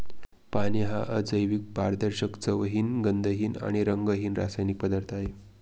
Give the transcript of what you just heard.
पाणी हा अजैविक, पारदर्शक, चवहीन, गंधहीन आणि रंगहीन रासायनिक पदार्थ आहे